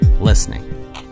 listening